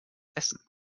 essen